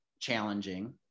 challenging